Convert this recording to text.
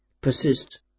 persist